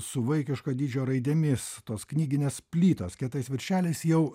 su vaikiško dydžio raidėmis tos knyginės plytos kietais viršeliais jau